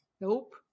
Nope